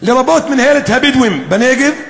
לרבות מינהלת הבדואים בנגב.